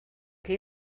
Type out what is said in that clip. que